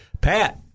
Pat